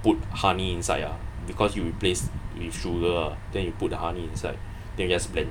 put honey inside ah because you replace with sugar uh than you put the honey inside then you just blend